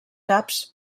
caps